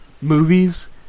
movies